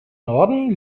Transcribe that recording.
norden